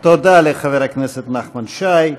תודה לחבר הכנסת נחמן שי.